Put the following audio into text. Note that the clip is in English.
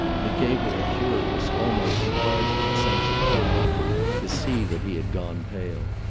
it gave her a curious, almost hard little sense of triumph to see that he had gone pale.